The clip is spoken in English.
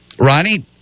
Ronnie